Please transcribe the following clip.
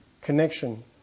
connection